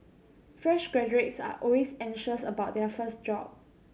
fresh graduates are always anxious about their first job